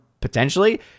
potentially